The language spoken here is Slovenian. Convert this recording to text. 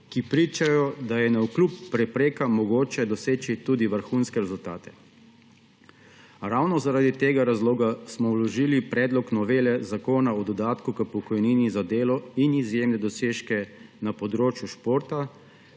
ki pričajo, da je navkljub preprekam mogoče doseči tudi vrhunske rezultate. Ravno zaradi tega razloga smo vložili predlog novele Zakona o dodatku k pokojnini za delo in izjemne dosežke na področju športa,